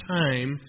time